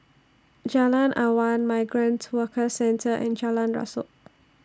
Jalan Awan Migrant Workers Centre and Jalan Rasok